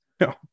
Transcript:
no